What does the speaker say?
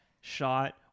shot